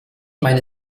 meine